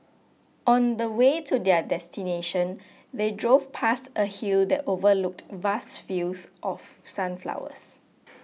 on the way to their destination they drove past a hill that overlooked vast fields of sunflowers